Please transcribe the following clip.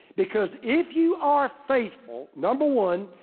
because if you are faithful, number one,